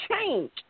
change